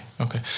okay